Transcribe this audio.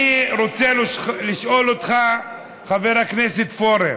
אני רוצה לשאול אותך, חבר הכנסת פורר: